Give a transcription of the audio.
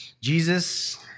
Jesus